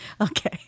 Okay